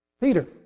Peter